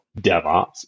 DevOps